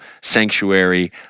sanctuary